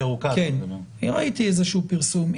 ראיתי איזשהו פרסום,